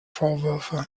vorwürfe